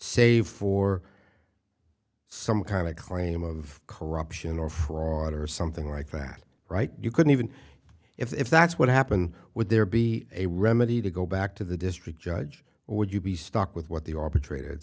save for some kind of claim of corruption or fraud or something like that right you couldn't even if that's what happened would there be a remedy to go back to the district judge or would you be stuck with what the arbitrated